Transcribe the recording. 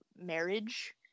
marriage